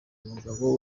umugabo